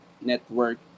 network